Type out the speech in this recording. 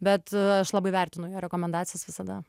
bet aš labai vertinu jo rekomendacijas visada